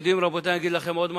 רבותי, אני אגיד לכם עוד משהו?